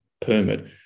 permit